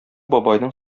бабайның